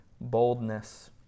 boldness